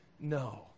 no